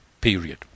period